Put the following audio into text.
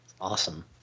awesome